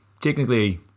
technically